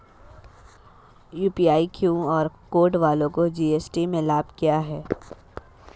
UPI QR code वालों को GST में लाभ क्या है?